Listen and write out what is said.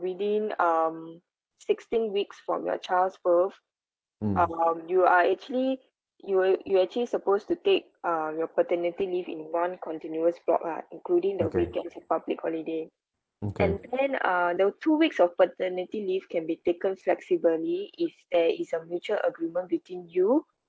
within um sixteen weeks from your child's birth um you are actually you will you will actually supposed to take uh your paternity leave in one continuous block lah including the weekends and public holiday and then uh there were two weeks of paternity leave can be taken flexibly if there is a mutual agreement between you